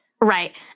Right